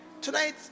Tonight